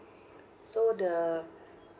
so the